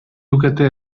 lukete